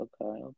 Okay